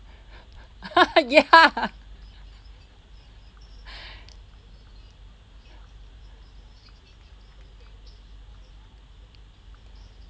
ya